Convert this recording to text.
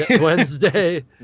Wednesday